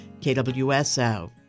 KWSO